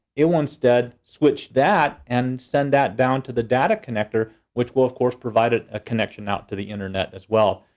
it will instead switch that and send that down to the data connector, which will of course provide a ah connection out to the internet as well.